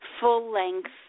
full-length